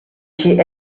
she